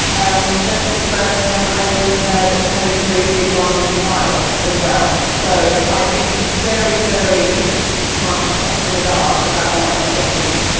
um the the first time that i even heard that tony favuzzi had gone on trial as well. so i'd been very, very much kept in the dark about a lot of things.